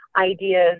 ideas